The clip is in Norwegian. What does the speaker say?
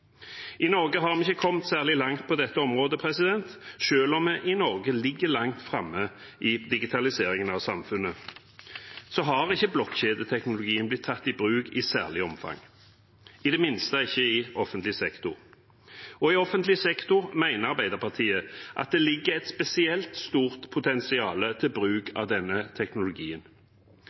I Norge har vi ikke kommet særlig langt på dette området. Selv om vi i Norge ligger langt framme i digitaliseringen av samfunnet, har ikke blokkjedeteknologien blitt tatt i bruk i noe særlig omfang, i hvert fall ikke i offentlig sektor. Arbeiderpartiet mener at i offentlig sektor ligger det et spesielt stort potensial for bruken av denne teknologien.